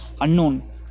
unknown